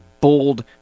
bold